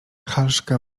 halszka